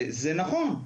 זה נכון,